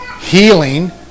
healing